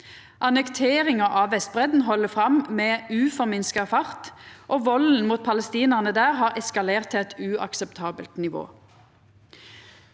Annekteringa av Vestbreidda held fram med same fart, og valden mot palestinarane der har eskalert til eit uakseptabelt nivå.